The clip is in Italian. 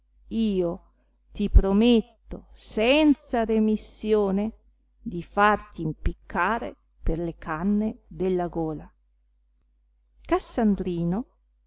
io ti prometto senza remissione di farti impiccare per le canne della gola cassandrino